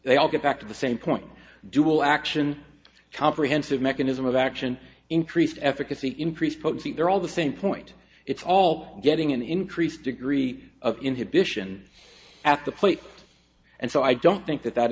they all get back to the same point dual action comprehensive mechanism of action increased efficacy increase folksy they're all the same point it's all getting an increased degree of inhibition at the plate and so i don't think that that